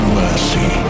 mercy